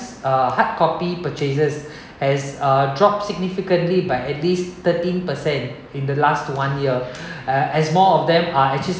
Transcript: uh hard copy purchases has uh drop significantly by at least thirteen per cent in the last one year as more of them are actually